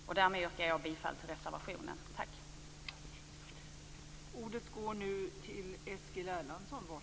Jag yrkar bifall till reservationen.